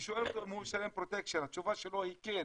ואתה שואל אותו אם הוא משלם פרוטקשן והתשובה שלו היא כן,